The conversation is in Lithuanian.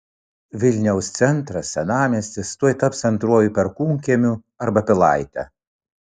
vilniaus centras senamiestis tuoj taps antruoju perkūnkiemiu arba pilaite